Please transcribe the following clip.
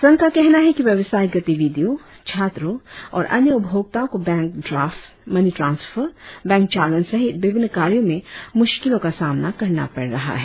संघ का कहना है कि व्यवसायिक गतिविधियो छात्रों और अन्य उपभोक्ताओं को बैंक ड्राफ्ट मनिट्रांसफर बैंक चालान सहित विभिन्न कार्यों में मुश्किलों का सामना करना पड़ रहा है